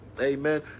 Amen